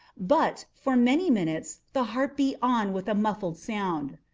but, for many minutes, the heart beat on with a muffled sound.